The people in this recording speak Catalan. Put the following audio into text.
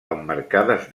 emmarcades